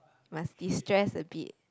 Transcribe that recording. must destress a bit